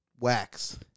wax